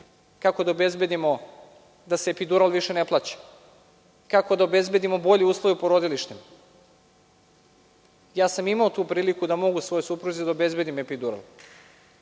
kako da obezbedimo da se epidural više ne plaća, kako da obezbedimo bolje uslove u porodilištima. Ja sam imao tu priliku da mogu svojoj supruzi da obezbedim epidural,